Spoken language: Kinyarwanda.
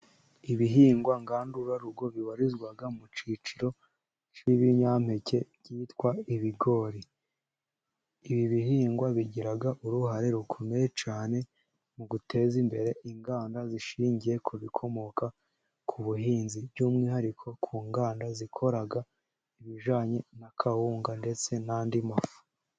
Ibihingwa ngandurarugo bibarizwa mu kiciro cy'ibinyampeke, byitwa ibigori, ibi bihingwa bigira uruhare rukomeye cyane, mu guteza imbere inganda zishingiye ku bikomoka ku buhinzi, by'umwihariko ku nganda zikora ibijyanye na kawunga, ndetse n'andi mafu.